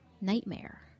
nightmare